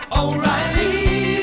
O'Reilly